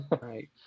Right